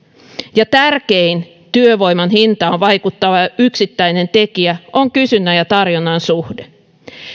ja tärkein työvoiman hintaan vaikuttava yksittäinen tekijä on kysynnän ja tarjonnan suhde